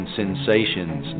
sensations